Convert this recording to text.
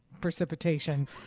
precipitation